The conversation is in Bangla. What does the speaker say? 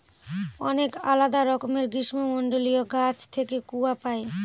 অনেক আলাদা রকমের গ্রীষ্মমন্ডলীয় গাছ থেকে কূয়া পাই